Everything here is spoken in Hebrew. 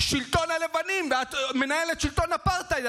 שלטון הלבנים ואת מנהלת שלטון אפרטהייד.